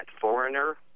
Foreigner